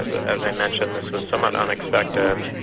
as i mentioned, this was somewhat unexpected.